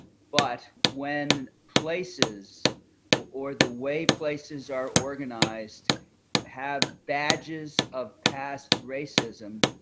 but when places or the way places are organized have badges of past racism,